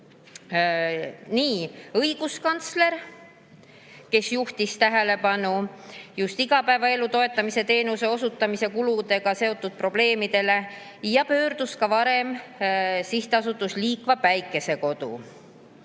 õiguskantsler, kes juhtis tähelepanu just igapäevaelu toetamise teenuse osutamise kuludega seotud probleemidele, varem olid pöördunud Sihtasutus Liikva Päikesekodu